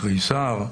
אולי תריסר,